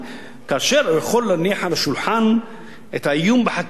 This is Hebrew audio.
כאשר הוא יכול להניח על השולחן את האיום בחקיקה,